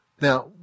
Now